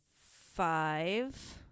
five